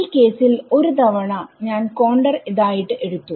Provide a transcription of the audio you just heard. ഈ കേസിൽ ഒരു തവണ ഞാൻ കോണ്ടർ ഇതായിട്ട് എടുത്തു